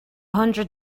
hundred